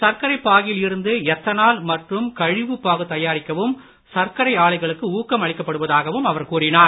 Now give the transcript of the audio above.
சர்க்கரை பாகில் இருந்து எத்தனால் மற்றும் கழிவுபாகு தயாரிக்கவும் சர்க்கரை ஆலைகளுக்கு ஊக்கம் அளிக்கப்படுவதாகவும் அவர் கூறினார்